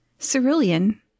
Cerulean